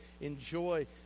enjoy